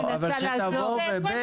ניתן לה לפנים משורת הדין.